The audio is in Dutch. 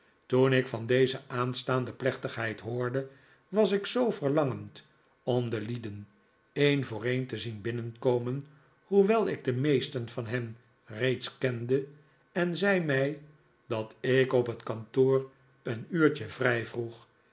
toen ik van deze aanstaande plechtigheid hoorde was ik zoo verlangend om de lieden een voor een te zien binnenkomen hoewel ik de meesten van hen reeds kende en zij mij dat ik op het kantoor een uurtje vrij vroeg